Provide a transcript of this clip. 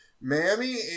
Mammy